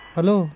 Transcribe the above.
Hello